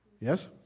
Yes